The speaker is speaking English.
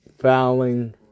fouling